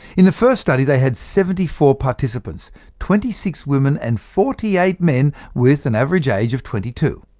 in the first study, they had seventy four participants twenty six women and forty eight men, with an average age of twenty two.